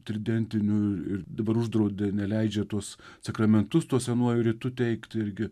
tridentinių ir dabar uždraudė neleidžia tuos sakramentus tuo senuoju rytu teikti irgi